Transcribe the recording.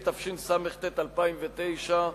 התשס"ט 2009,